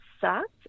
sucked